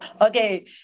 Okay